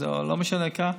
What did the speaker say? או לא משנה מה,